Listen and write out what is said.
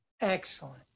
Excellent